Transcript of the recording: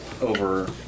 over